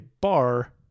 bar